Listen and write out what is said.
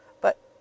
But